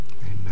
Amen